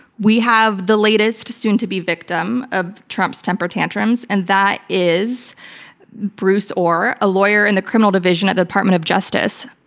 we have the latest soon-to-be victim of trump's temper tantrums, and that is bruce ohr, a lawyer in the criminal division at the department of justice.